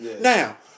Now